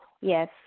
yes